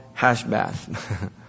Hashbath